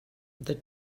the